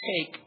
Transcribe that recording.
take